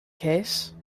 case